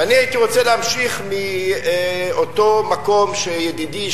ואני הייתי רוצה להמשיך מאותו מקום שידידי,